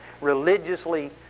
religiously